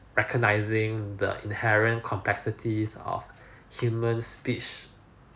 recognizing the inherent complexities of human speech